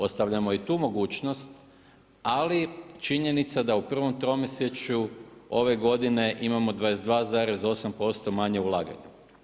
Ostavljamo i tu mogućnost, ali činjenica je da u prvom tromjesečju ove godine imamo 22,8% manje ulaganja.